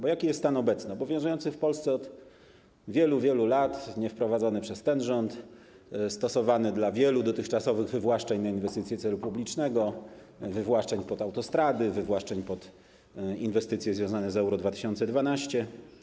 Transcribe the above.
Bo jaki jest stan obecny, obowiązujący w Polsce od wielu, wielu lat, niewprowadzany przez ten rząd, stosowany w przypadku wielu dotychczasowych wywłaszczeń na inwestycje celu publicznego, wywłaszczeń pod autostrady, wywłaszczeń pod inwestycje związane z EURO 2012?